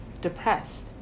depressed